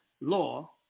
law